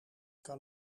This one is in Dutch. kan